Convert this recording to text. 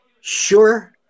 sure